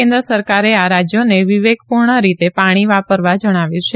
કેન્દ્ર સરકારે આ રાજ્યોને વિવેકપૂર્ણ રીતે પાણી વાપરવા જણાવ્યું છે